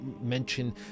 mention